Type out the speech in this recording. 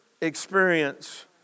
experience